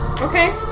Okay